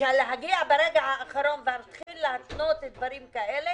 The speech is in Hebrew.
להגיע ברגע האחרון ולהתחיל להתנות דברים כאלה